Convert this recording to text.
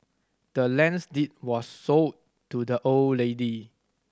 the land's deed was sold to the old lady